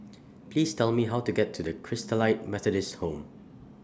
Please Tell Me How to get to The Christalite Methodist Home